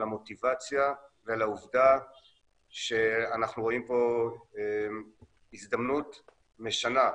על המוטיבציה ועל העובדה שאנחנו רואים פה הזדמנות משנה,